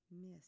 Miss